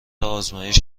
آزمایش